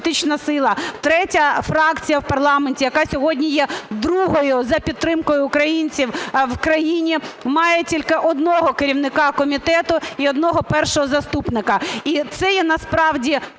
третя фракція в парламенті, яка сьогодні є другою за підтримкою українців в країні, має тільки одного керівника комітету і одного першого заступника. І це є насправді